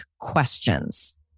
questions